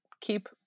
keep